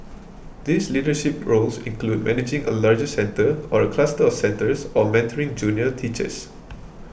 these leadership roles include managing a larger centre or a cluster of centres or mentoring junior teachers